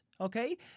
okay